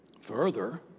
Further